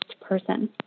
person